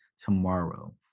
tomorrow